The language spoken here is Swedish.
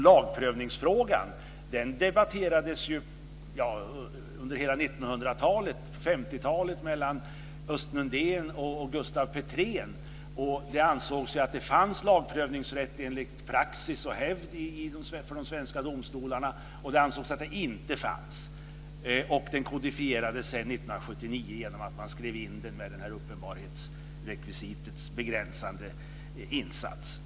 Lagprövningsfrågan debatterades ju under hela 1900-talet, bl.a. på 50-talet mellan Östen Undén och Gustaf Petrén. Det ansågs att det fanns lagprövningsrätt för de svenska domstolarna enligt praxis och hävd och det ansågs att det inte fanns detta. Det kodifierades sedan 1979 genom att man skrev in det här med uppenbarhetsrekvisitets begränsade insats.